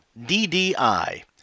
DDI